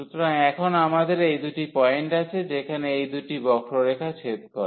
সুতরাং এখন আমাদের এই দুটি পয়েন্ট আছে যেখানে এই দুটি বক্ররেখা ছেদ করে